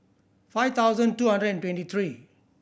five thousand two hundred and twenty three